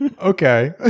Okay